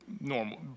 normal